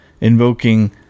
invoking